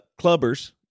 clubbers